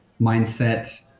mindset